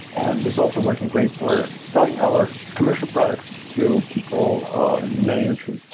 and it's also working great for selling our commercial products to people in many interfaces.